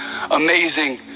amazing